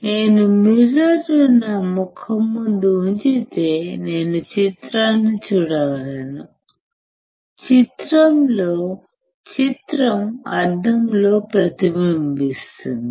నేను మిర్రర్ ను నా ముఖం ముందు ఉంచితే నేను చిత్రాన్ని చూడగలను చిత్రం అద్దంలో ప్రతిబింబిస్తుంది